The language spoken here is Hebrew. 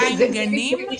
2,000 גנים?